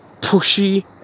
pushy